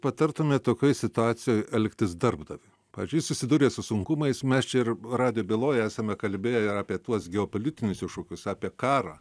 patartumėt tokioj situacijoj elgtis darbdaviui pavyzdžiui jis susidūrė su sunkumais mes čia ir radijo byloj esame kalbėję ir apie tuos geopolitinius iššūkius apie karą